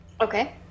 Okay